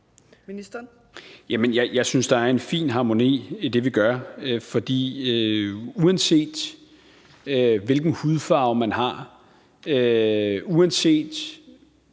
Jeg synes, der er en fin harmoni i det, vi gør. For uanset hvilken hudfarve man har, uanset